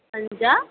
पञ्च